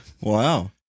Wow